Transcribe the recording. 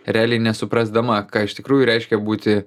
realiai nesuprasdama ką iš tikrųjų reiškia būti